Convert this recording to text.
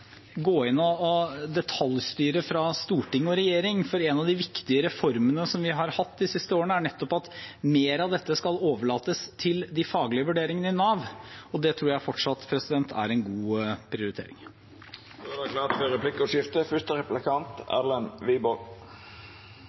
gå inn og detaljstyre fra storting og regjering, for en av de viktige reformene som vi har hatt de siste årene, er nettopp at mer av dette skal overlates til de faglige vurderingene i Nav, og det tror jeg fortsatt er en god prioritering. Det vert replikkordskifte. Jeg er glad for